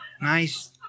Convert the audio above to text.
Nice